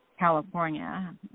California